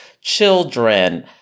children